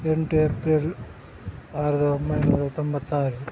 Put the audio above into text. ಎಂಟು ಏಪ್ರಿಲ್ ಸಾವಿರದ ಒಂಬೈನೂರ ತೊಂಬತ್ತಾರು